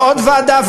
ועוד ועדה,